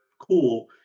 cool